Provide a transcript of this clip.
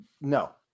no